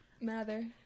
Mather